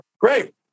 Great